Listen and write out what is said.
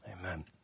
Amen